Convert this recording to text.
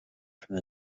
from